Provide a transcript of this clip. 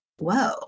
whoa